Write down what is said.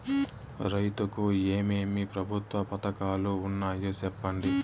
రైతుకు ఏమేమి ప్రభుత్వ పథకాలు ఉన్నాయో సెప్పండి?